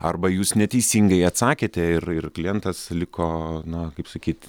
arba jūs neteisingai atsakėte ir ir klientas liko na kaip sakyti